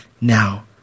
now